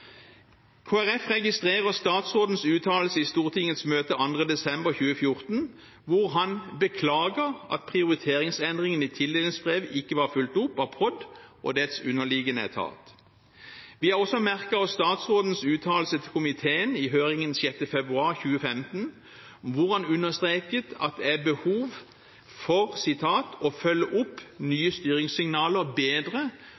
registrerer statsrådens uttalelse i Stortingets møte 2. desember 2014, hvor han beklager at prioriteringsendringen i tildelingsbrevet ikke var fulgt opp av POD og dets underliggende etat. Vi har også merket oss statsrådens uttalelse til komiteen i høringen 6. februar 2015, hvor han understreket at det er behov for «å følge opp nye styringssignaler bedre